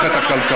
נפתח את הכלכלה,